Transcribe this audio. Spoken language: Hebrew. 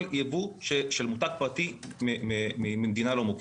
ייבוא של מותג פרטי ממדינה לא מוכרת.